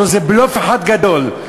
הלוא זה בלוף אחד גדול,